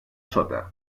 sota